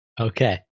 Okay